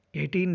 18